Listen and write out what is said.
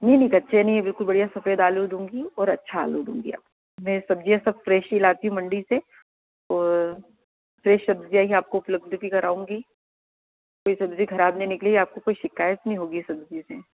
नहीं नहीं कच्चे नहीं है बिल्कुल बढ़िया सफेद आलू दूँगी ओर अच्छा आलू दूँगी आपको मे सब्जियाँ सब फ़्रेश ही लाती हूँ मंडी से ओर फ़्रेश सब्जियाँ ही आपको उपलब्ध भी कराऊँगी कोई सब्ज़ी खराब नहीं निकली आपको कुछ शिकायत नहीं होगी सब्जी से